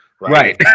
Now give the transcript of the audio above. Right